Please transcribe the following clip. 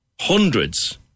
hundreds